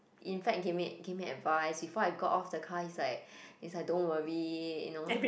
in fact give me give me advice before I got off the car is like is like don't worry you know